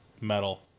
metal